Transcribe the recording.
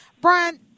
Brian